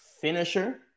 finisher